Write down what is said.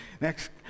Next